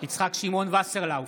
יצחק שמעון וסרלאוף,